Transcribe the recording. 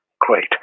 Great